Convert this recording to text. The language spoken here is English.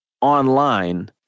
online